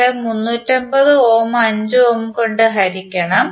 നിങ്ങൾ 350 ohm 5 ohm കൊണ്ട് ഹരിക്കണം